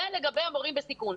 זה לגבי המורים בסיכון.